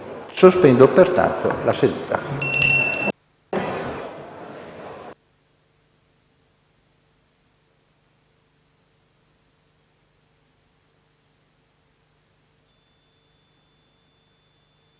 Sospendo pertanto la seduta